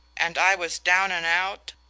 and i was down and out,